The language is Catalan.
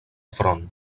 front